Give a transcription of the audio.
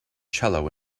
cello